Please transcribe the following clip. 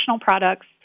products